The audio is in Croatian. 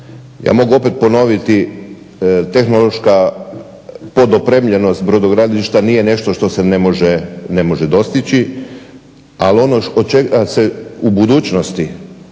Ja mogu opet ponoviti tehnološka podopremljenost brodogradilišta nije nešto što se ne može dostići, ali ono od čega se u budućnosti